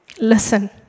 Listen